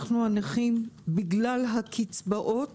בגלל הקצבאות